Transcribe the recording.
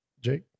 Jake